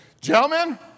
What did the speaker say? gentlemen